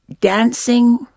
dancing